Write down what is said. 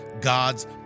God's